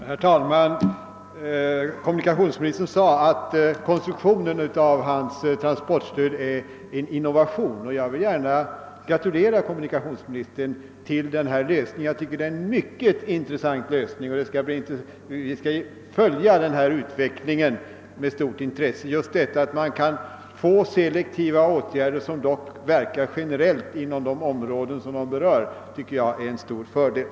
Herr talman! Kommunikationsministern sade att konstruktionen av hans transportstöd är en innovation, och jag vill gärna gratulera kommunikationsministern till denna lösning. Jag tycker att den är mycket intressant. Vi skall följa utvecklingen med stort intresse. Just detta att man kan få selektiva åtgärder som dock verkar generellt inom de områden som de berör är en stor fördel.